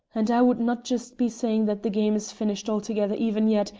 and i would not just be saying that the game is finished altogether even yet,